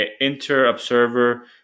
inter-observer